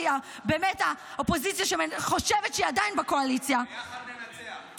אופוזיציה שחושבת שהיא עדיין בקואליציה -- ביחד ננצח.